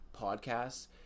podcasts